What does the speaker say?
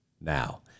now